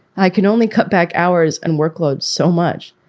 i can only cut back hours and workload so much.